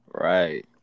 right